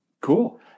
Cool